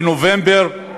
בנובמבר,